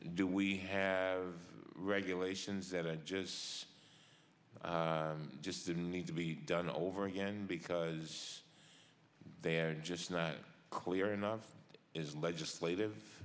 do we have regulations that i just just didn't need to be done over again because they're just not clear enough is legislative